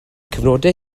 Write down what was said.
cyfnodau